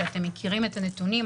אתם מכירים את הנתונים.